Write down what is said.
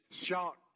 shock